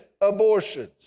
abortions